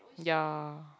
ya